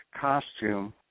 costume